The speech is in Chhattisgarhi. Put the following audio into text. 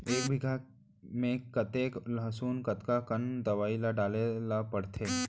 एक बीघा में कतेक लहसुन कतका कन दवई ल डाले ल पड़थे?